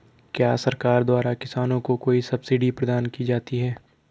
क्या सरकार द्वारा किसानों को कोई सब्सिडी प्रदान की जाती है?